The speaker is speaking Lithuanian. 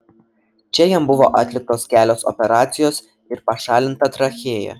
čia jam buvo atliktos kelios operacijos ir pašalinta trachėja